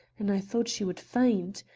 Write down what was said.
and i thought she would faint.